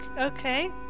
okay